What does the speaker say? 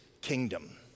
kingdom